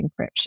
encryption